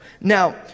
Now